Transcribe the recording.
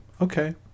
okay